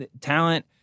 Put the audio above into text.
talent